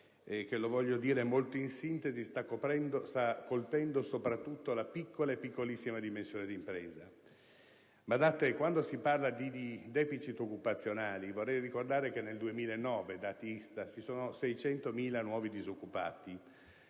che - lo voglio dire in sintesi - sta colpendo soprattutto la piccola e piccolissima dimensione d'impresa. Si parla di deficit occupazionali. Vorrei ricordare che nel 2009 (dati ISTAT) ci sono 600.000 nuovi disoccupati;